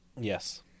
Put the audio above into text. Yes